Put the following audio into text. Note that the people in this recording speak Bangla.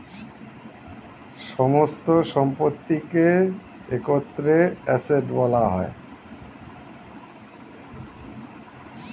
সমস্ত সম্পত্তিকে একত্রে অ্যাসেট্ বলা হয়